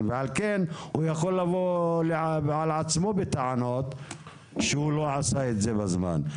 ולכן הוא יכול לבוא בטענות לעצמו מאחר ולא עשה זאת בזמן.